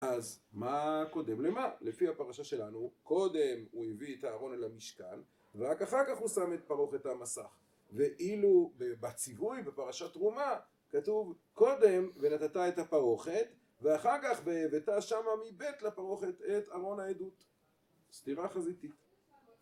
אז מה קודם למה? לפי הפרשה שלנו, קודם הוא הביא את הארון אל המשקל ורק אחר כך הוא שם את פרוכת המסך ואילו בציווי בפרשת תרומה כתוב קודם ונתתה את הפרוכת ואחר כך ותשמה מבית לפרוכת את ארון העדות. סתירה חזיתית.